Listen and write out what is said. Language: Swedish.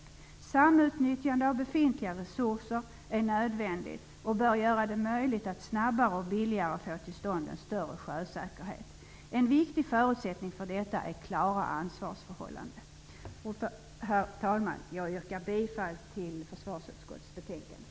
Ett samutnyttjande av befintliga resurser är nödvändigt och bör göra det möjligt att snabbare och billigare få till stånd en större sjösäkerhet. En viktig förutsättning för detta är klara ansvarsförhållanden. Herr talman! Jag yrkar bifall till försvarsutskottets hemställan.